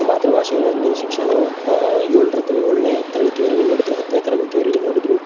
ಮಾತೃಭಾಷೆಯಲ್ಲಿ ಶಿಕ್ಷಣ ಏಳರದ್ದು ಏಳನೇ ತರಗತಿವರೆಗೂ ನಡೆದು ಹತ್ತನೇ ತರಗತಿವರೆಗೂ ನಡೆದ್ರೂ